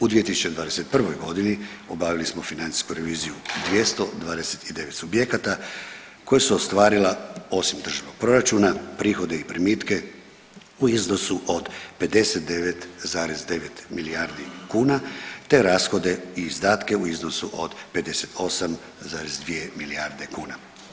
U 2021. g. obavili smo financijsku reviziju 229 subjekata koja su ostvarila, osim državnog proračuna, prihode i primitke u iznosu od 59,9 milijardi kuna te rashode i izdatke u iznosu od 58,2 milijarde kuna.